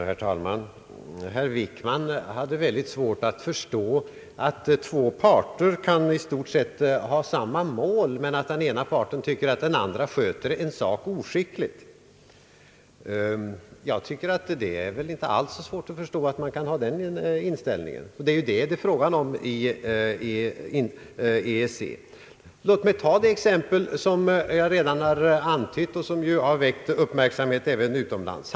Herr talman! Herr Wickman hade mycket svårt att förstå att två parter kan ha i stort sett samma mål men att den ena parten tycker att den andra parten sköter saken oskickligt. Jag tycker inte alls det är svårt att förstå att man kan ha den inställningen. Det är ju detta det är fråga om beträffande EEC. Låt mig ta det exempel som jag redan har antytt och som ju har väckt uppmärksamhet även utomlands.